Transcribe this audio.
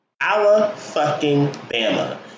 Alabama